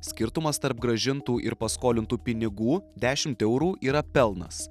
skirtumas tarp grąžintų ir paskolintų pinigų dešimt eurų yra pelnas